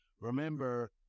remember